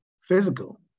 physical